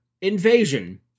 invasion